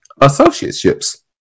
associateships